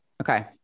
Okay